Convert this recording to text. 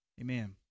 Amen